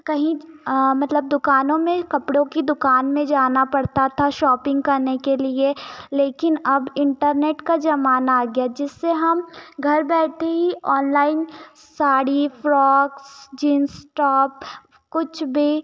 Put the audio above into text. कहीं मतलब दुकानों में कपड़ों की दुकान में जाना पड़ता था शॉपिंग करने के लिए लेकिन अब इंटरनेट का जमाना आ गया जिससे हम घर बैठे ही online sari frock jeans top कुछ भी